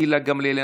גילה גמליאל,